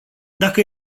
dacă